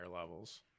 levels